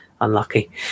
unlucky